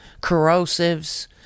corrosives